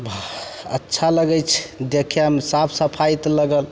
अच्छा लगय छै देखयमे सफा सफाइ तऽ लागल